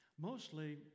Mostly